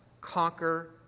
conquer